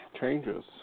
Changes